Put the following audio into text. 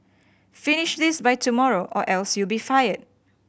finish this by tomorrow or else you'll be fired